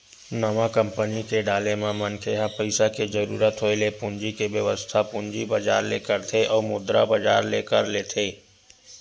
नवा कंपनी के डाले म मनखे ह पइसा के जरुरत होय ले पूंजी के बेवस्था पूंजी बजार ले करथे अउ मुद्रा बजार ले कर लेथे